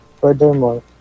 Furthermore